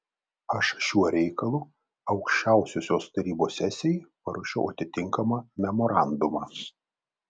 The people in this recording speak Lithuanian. aš šiuo reikalu aukščiausiosios tarybos sesijai paruošiau atitinkamą memorandumą